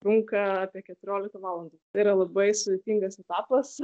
trunka apie keturiolika valandų tai yra labai sudėtingas etapas